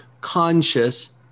conscious